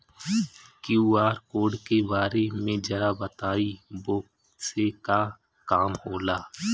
QR code के बारे में जरा बताई वो से का काम होला?